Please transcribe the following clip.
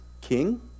king